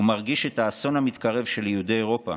הוא מרגיש את האסון המתקרב של יהודי אירופה